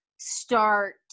Start